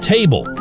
Table